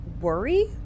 worry